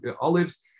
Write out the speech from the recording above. olives